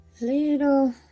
little